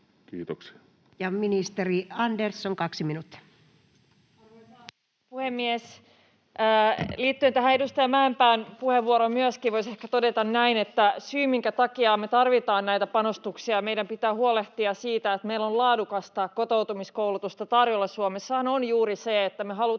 muuttamisesta Time: 16:58 Content: Arvoisa puhemies! Liittyen tähän edustaja Mäenpään puheenvuoroon myöskin voisi ehkä todeta näin, että syy, minkä takia me tarvitaan näitä panostuksia ja meidän pitää huolehtia siitä, että meillä on laadukasta kotoutumiskoulutusta tarjolla Suomessa, on juuri se, että me halutaan